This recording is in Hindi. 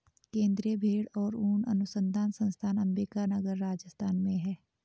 केन्द्रीय भेंड़ और ऊन अनुसंधान संस्थान अम्बिका नगर, राजस्थान में है